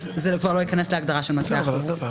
זה כבר לא ייכנס להגדרה של מטבע חוץ.